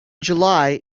july